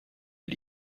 des